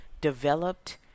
developed